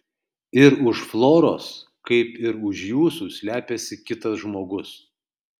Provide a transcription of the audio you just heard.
ir už floros kaip ir už jūsų slepiasi kitas žmogus